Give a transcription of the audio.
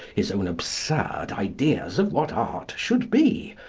his own absurd ideas of what art should be,